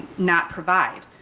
not provide.